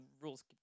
rules